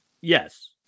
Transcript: Yes